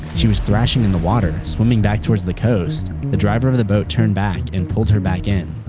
she was thrashing in the water, swimming back toward the the coast. the driver of the boat turned back and pulled her back in.